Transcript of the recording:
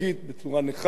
בצורה נכה,